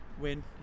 win